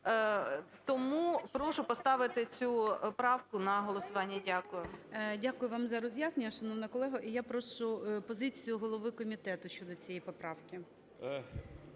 Тому прошу поставити цю правку на голосування. Дякую. ГОЛОВУЮЧИЙ. Дякую вам за роз'яснення, шановна колега. І я прошу позицію голови комітету щодо цієї поправки.